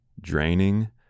draining